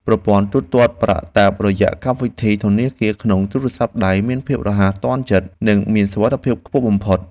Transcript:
ប្រព័ន្ធទូទាត់ប្រាក់តាមរយៈកម្មវិធីធនាគារក្នុងទូរស័ព្ទដៃមានភាពរហ័សទាន់ចិត្តនិងមានសុវត្ថិភាពខ្ពស់បំផុត។